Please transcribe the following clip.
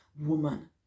woman